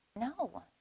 no